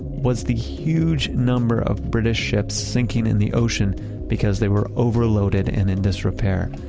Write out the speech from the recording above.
was the huge number of british ships sinking in the ocean because they were overloaded and in disrepair,